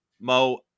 Mo